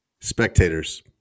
Spectators